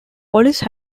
police